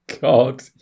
God